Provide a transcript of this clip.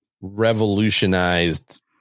revolutionized